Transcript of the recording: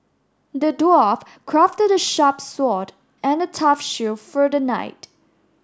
the dwarf crafted a sharp sword and a tough shield for the knight